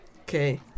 Okay